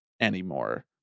anymore